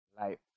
life